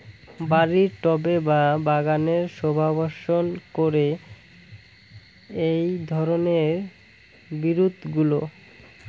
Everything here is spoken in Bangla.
বাড়ির টবে বা বাগানের শোভাবর্ধন করে এই ধরণের বিরুৎগুলো